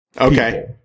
Okay